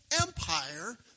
empire